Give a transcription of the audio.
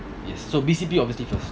yes so B_C_P obviously first